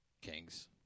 Kings